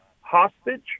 hostage